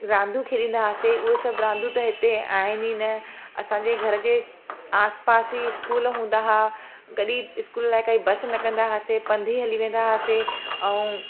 रांदियूं खेॾंदा हुआसीं उहे सभ रांदियूं त हिते आहिनि ई न असांजे घर जे आसिपासि ई इस्कूल हूंदा हुआ कॾहिं इस्कूल लाइ काईं बस न कंदा हुआसीं पंध ई हली वेंदा हुआसीं ऐं